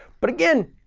but again,